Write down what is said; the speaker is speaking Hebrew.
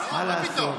לא, מה פתאום?